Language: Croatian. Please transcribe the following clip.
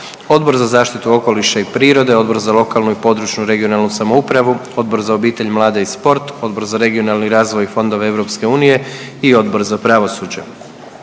Odbor za zaštitu okoliša i prirode, Odbor za lokalnu i područnu (regionalnu) samoupravu, Odbor za obitelj, mlade i sport, Odbor za regionalni razvoj i fondove EU i Odbor za praovsuđe.